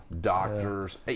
doctors